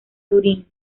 turín